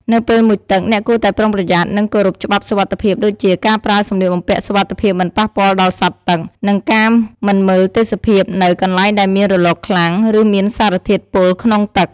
នៅពេលមុជទឹក អ្នកគួរតែប្រុងប្រយ័ត្ន និងគោរពច្បាប់សុវត្ថិភាព ដូចជា ការប្រើសំលៀកបំពាក់សុវត្ថិភាពមិនប៉ះពាល់ដល់សត្វទឹក និងការមិនមើលទេសភាពនៅ កន្លែងដែលមានរលកខ្លាំង ឬមានសារធាតុពុលក្នុងទឹក។